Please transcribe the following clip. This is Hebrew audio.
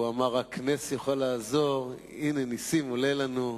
הוא אמר "רק נס יוכל לעזור", הנה נסים עולה לנו.